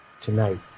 tonight